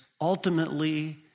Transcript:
ultimately